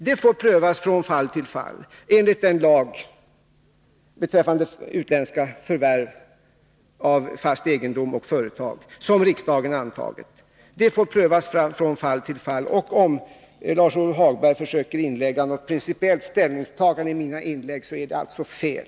Det får prövas från fall till fall enligt den lag beträffande utländska förvärv av fast egendom och företag som riksdagen har antagit. Om Lars-Ove Hagberg försöker inlägga något principiellt ställningstagande i mitt inlägg gör han alltså fel.